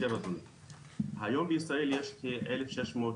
היום בישראל יש כ-1,700